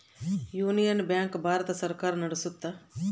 union bank Bharat ಸರ್ಕಾರ ನಡ್ಸುತ್ತ